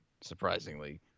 surprisingly